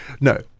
No